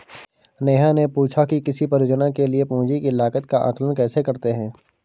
नेहा ने पूछा कि किसी परियोजना के लिए पूंजी की लागत का आंकलन कैसे करते हैं?